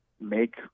make